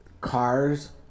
cars